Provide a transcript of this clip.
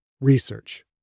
research